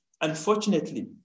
unfortunately